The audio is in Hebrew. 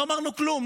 לא אמרנו כלום,